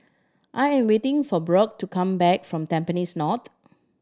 I'm waiting for Brock to come back from Tampines North